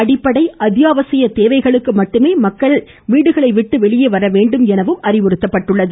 அடிப்படை மற்றும் அத்தியாவசியத் தேவைகளுக்கு மட்டுமே மக்கள் வீடுகளை விட்டு வெளியே வரவேண்டும் என அறிவுறுத்தப்பட்டுள்ளது